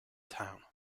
town